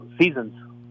seasons